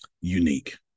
unique